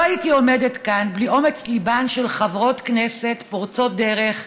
לא הייתי עומדת כאן בלי אומץ ליבן של חברות כנסת פורצות דרך,